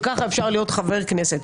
כך אפשר להיות חבר כנסת.